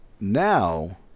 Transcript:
now